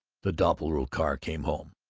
the doppelbrau car came home.